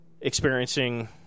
experiencing